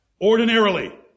Ordinarily